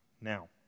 Now